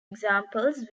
examples